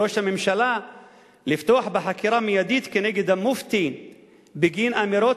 של ראש הממשלה לפתוח בחקירה מיידית נגד המופתי בגין אמירות,